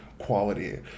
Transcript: quality